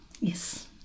yes